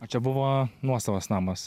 o čia buvo nuosavas namas